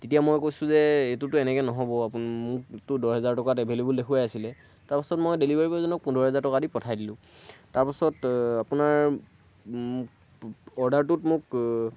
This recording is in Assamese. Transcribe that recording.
তেতিয়া মই কৈছোঁ যে এইটোতো এনেকৈ নহ'ব মোকতো দহ হেজাৰ টকাত এভেইলেবল দেখোৱাই আছিলে তাৰ পাছত মই ডেলিভাৰী বয়জনক পোন্ধৰ হেজাৰ টকা দি পঠাই দিলোঁ তাৰ পাছত আপোনাৰ অৰ্ডাৰটোত মোক